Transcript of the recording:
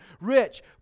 rich